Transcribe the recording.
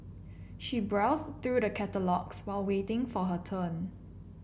she browsed through the catalogues while waiting for her turn